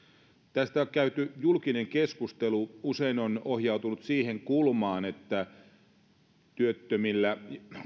tästä käyty julkinen keskustelu on usein ohjautunut siihen kulmaan että työttömille